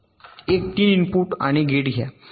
एक 3 इनपुट आणि गेट घ्या